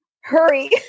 Hurry